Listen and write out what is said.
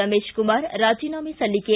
ರಮೇಶ್ ಕುಮಾರ್ ರಾಜೀನಾಮೆ ಸಲ್ಲಿಕೆ